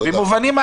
והם מובנים,